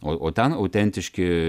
o o ten autentiški